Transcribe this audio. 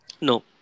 No